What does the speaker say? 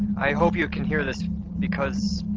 i hope you can hear this because.